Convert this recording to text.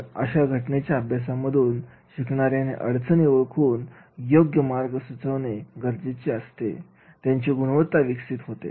तर अशा घटनेच्या अभ्यासामधून शिकणार्याने समस्याओळखून योग्य मार्ग सुचवणे गरजेचे असते यातून त्यांची गुणवत्ता विकसित होते